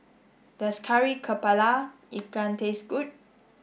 does Kari Kepala Ikan taste good